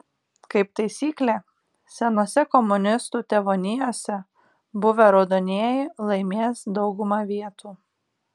kaip taisyklė senose komunistų tėvonijose buvę raudonieji laimės daugumą vietų